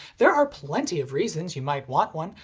there are plenty of reasons you might want one,